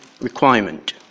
requirement